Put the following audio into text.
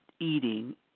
eating